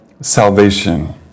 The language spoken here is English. salvation